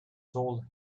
told